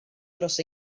dros